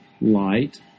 light